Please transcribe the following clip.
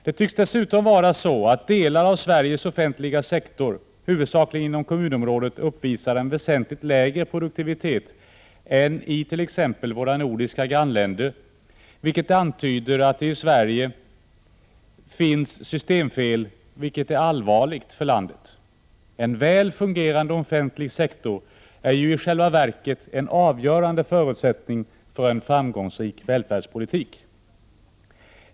Det tycks dessutom vara så att delar av en väsentligt lägre produktivitet än motsvarande sektorer i t.ex. våra nordiska grannländer, vilket antyder att det i Sverige finns systemfel, och det är allvarligt för landet. En väl fungerande offentlig sektor är i själva verket en | avgörande förutsättning för en framgångsrik välfärdspolitik.